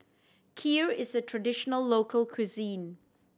kheer is a traditional local cuisine